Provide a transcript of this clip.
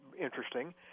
interesting